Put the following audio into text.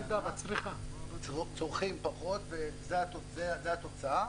צורכים פחות וזו התוצאה.